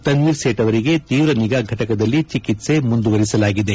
ತನ್ವೀರ್ ಸೇತ್ ಅವರಿಗೆ ತೀವ್ರ ನಿಗಾ ಫಟಕದಲ್ಲಿ ಚಿಕಿತ್ಸೆ ಮುಂದುವರೆಸಲಾಗಿದೆ